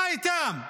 מה איתם?